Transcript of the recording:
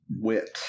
Wit